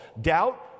Doubt